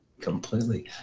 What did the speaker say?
completely